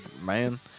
man